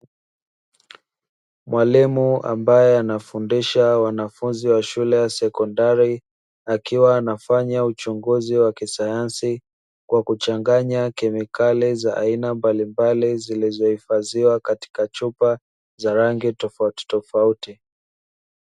Mwalimu ambaye anafundisha wanafunzi wa shule ya sekondari, akiwa anafanya uchunguzi wa kisayansi, kwa kuchanganya kemikali za aina mbalimbali zilizohifadhiwa katika chupa, za rangi tofautitofauti.